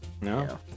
no